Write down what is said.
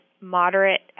moderate